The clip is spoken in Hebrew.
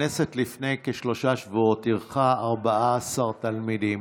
לפני כשלושה שבועות הכנסת אירחה 14 תלמידים